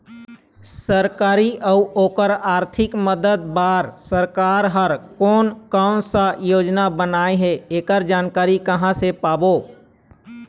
सरकारी अउ ओकर आरथिक मदद बार सरकार हा कोन कौन सा योजना बनाए हे ऐकर जानकारी कहां से पाबो?